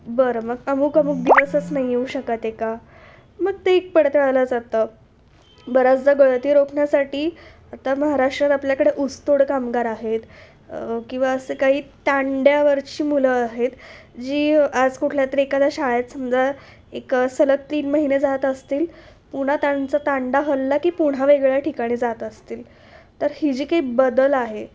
बरं मग अमुक अमुक दिवसच नाही येऊ शकत आहे का मग ते एक पडताळायला जातं बऱ्याचदा गळती रोकण्यासाठी आता महाराष्ट्रात आपल्याकडे उसतोड कामगार आहेत किंवा असे काही तांड्यावरची मुलं आहेत जी आज कुठल्यातरी एखाद्या शाळेत समजा एक सलग तीन महिने जात असतील पुन्हा त्यांचा तांडा हलला की पुन्हा वेगळ्या ठिकाणी जात असतील तर ही जी काही बदल आहे